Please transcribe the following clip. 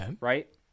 Right